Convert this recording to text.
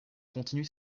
continue